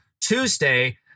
Tuesday